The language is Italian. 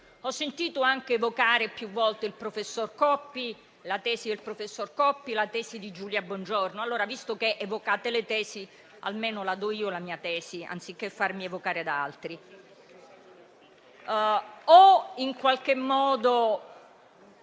Ho sentito anche evocare più volte il professor Coppi, la tesi del professor Coppi, la tesi di Giulia Bongiorno. Allora, visto che evocate le tesi, almeno la do io la mia tesi, anziché farmi evocare da altri. Ho in qualche modo